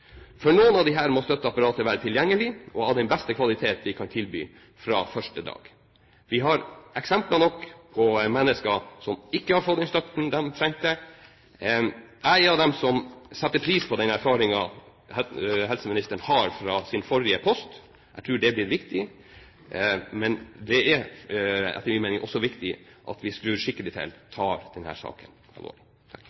For noen av disse må støtteapparatet være tilgjengelig og av den beste kvalitet vi kan tilby fra første dag. Vi har eksempler nok på mennesker som ikke har fått den støtten de trengte. Jeg er av dem som setter pris på den erfaringen helseministeren har fra sin forrige post. Jeg tror det blir viktig, men det er etter min mening også viktig at vi skrur skikkelig til og tar denne saken alvorlig. Jeg vil først rette en takk